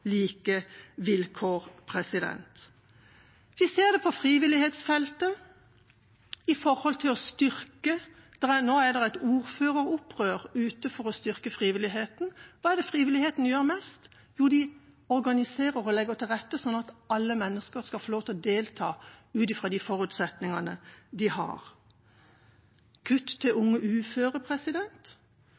styrke frivillighetsfeltet. Nå er det et ordføreropprør for å styrke frivilligheten. Hva er det frivilligheten gjør mest? De organiserer og legger til rette sånn at alle mennesker skal få delta ut fra de forutsetningene de har. Kutt til unge uføre: